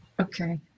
okay